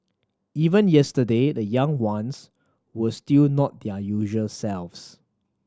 even yesterday the young ones were still not their usual selves